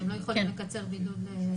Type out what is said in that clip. שהם לא יכולים לקצר בידוד?